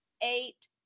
eight